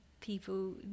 people